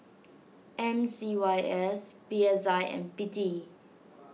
M C Y S P S I and P T